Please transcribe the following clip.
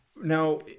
Now